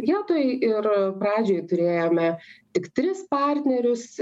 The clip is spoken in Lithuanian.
vietoj ir pradžioj turėjome tik tris partnerius